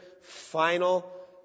final